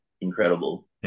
incredible